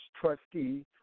trustee